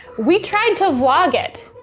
we tried to vlog it.